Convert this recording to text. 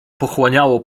pochłaniało